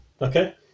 Okay